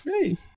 Hey